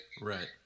Right